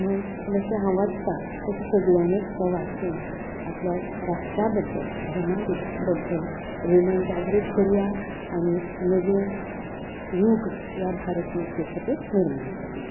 म्हण जशें हांव वाचता तशें सगल्यानूच हे वाचून आपल्या राष्ट्रा बद्दल धर्मा बद्दल अभिमान जागृत करया आनी एक नवीन यूग ह्या भारत माते खातीर निर्माण करया